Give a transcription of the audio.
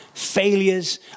failures